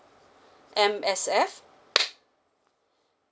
M_S_F